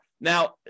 Now